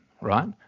right